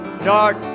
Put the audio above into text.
start